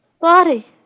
Body